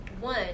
one